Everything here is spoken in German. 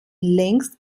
längst